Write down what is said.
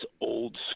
old